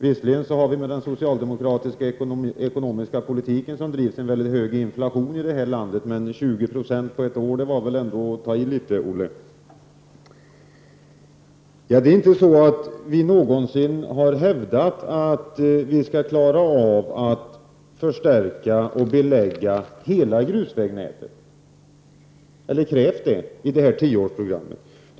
Visserligen har vi med den socialdemokratiska ekonomiska politiken en väldigt hög inflation i det här landet, men 20 90 på ett år är väl ändå att ta i. Vi har aldrig någonsin krävt en förstärkning och beläggning av hela grusvägnätet inom tio år.